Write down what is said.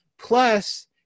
plus